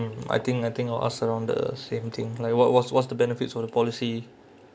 mm I think I think I'll ask around the same thing like what what's what's the benefits for the policy